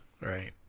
Right